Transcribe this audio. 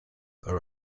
are